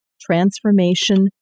Transformation